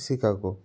Chicago